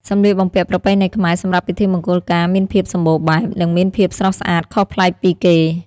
សម្លៀកបំពាក់ប្រពៃណីខ្មែរសម្រាប់ពិធីមង្គលការមានភាពសម្បូរបែប និងមានភាពស្រស់ស្អាតខុសប្លែកពីគេ ។